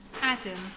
Adam